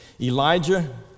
Elijah